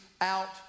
out